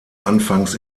anfangs